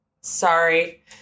sorry